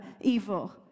evil